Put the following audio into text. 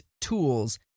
tools